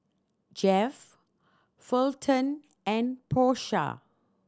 Jeff Fulton and Porsha